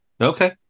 Okay